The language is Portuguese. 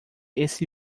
esse